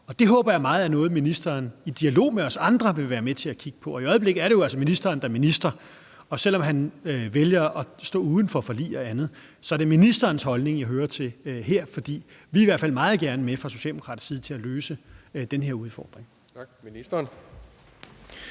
Det håber jeg meget er noget, ministeren i dialog med os andre vil være med til at kigge på. Og i øjeblikket er det jo altså ministeren, der er minister, og selv om han vælger at stå uden for forlig og andet, er det ministerens holdning, jeg lytter til her, for vi er i hvert fald meget gerne med fra socialdemokratisk side til at løse den her udfordring. Kl. 16:19 Anden